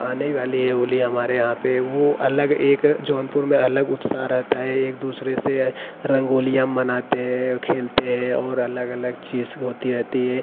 आने ही वाली है होली हमारे यहाँ पे वो अलग एक जौनपुर में अलग उत्साह रहता है एक दूसरे से रंगोलियाँ मनाते हैं खेलते हैं और अगल अलग चीज़ होती रहती है